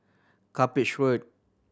Cuppage Road